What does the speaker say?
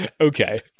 Okay